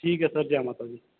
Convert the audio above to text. ठीक ऐ सर जय माता दी